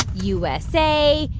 usa,